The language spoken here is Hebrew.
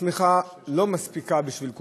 השמיכה לא מספיקה בשביל כולם.